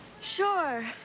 Sure